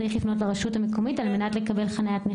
צריך לפנות לרשות המקומית על מנת לקבל חניית נכה.